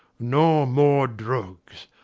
no more drugs.